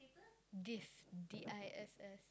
diss D I S S